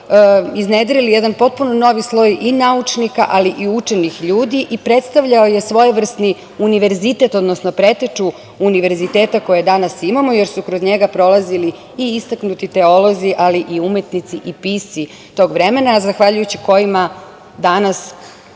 iznedrili jedan potpuno novi sloj i naučnika ali i učenih ljudi i predstavljao je svojevrsni univerzitet odnosno preteču univerziteta koje danas imamo, jer su kroz njega prolazili i istaknuti teolozi, ali i umetnici i pisci tog vremena, a zahvaljujući kojima danas